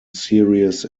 series